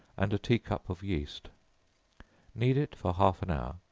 and a tea-cup of yeast knead it for half an hour,